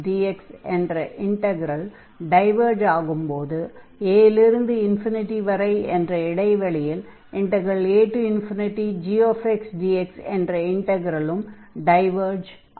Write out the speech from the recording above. afxdx என்ற integral diverge ஆகும் போது a இல் இருந்து வரை என்ற இடைவெளியில் agxdx என்ற இண்டக்ரலும் டைவர்ஜ் ஆகும்